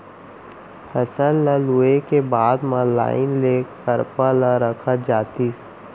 फसल ल लूए के बाद म लाइन ले करपा ल रखत जातिस